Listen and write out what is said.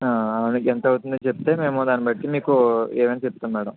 అలాగే ఎంత అవుతుందో చెప్తే మేము దాని బట్టి మీకు ఏమని చెప్తాము మేడం